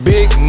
Big